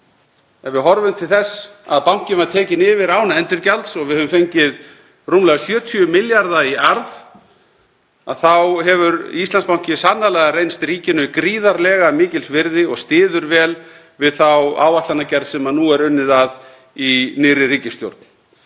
Ef við horfum til þess að bankinn var tekinn yfir án endurgjalds og við höfum fengið rúmlega 70 milljarða í arð þá hefur Íslandsbanki sannarlega reynst ríkinu gríðarlega mikils virði og styður vel við þá áætlanagerð sem nú er unnið að í nýrri ríkisstjórn.